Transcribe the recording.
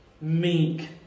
meek